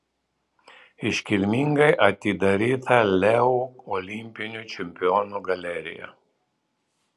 iškilmingai atidaryta leu olimpinių čempionų galerija